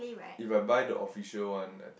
if I buy the official one